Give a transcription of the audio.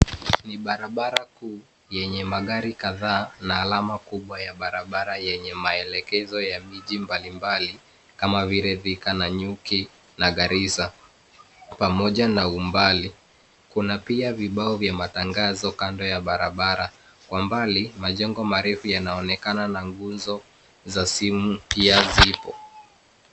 Ni barabara kuu yenye magari kadhaa na alama kubwa ya barabara yenye maelekezo ya miji mbalimbali kama vile Thika, Nanyuki na Garissa pamoja na umbali. Kuna pia vibao vya matangazo kando ya barabara. Kwa mbali, majengo marefu yanaonekana na nguzo za simu pia zipo.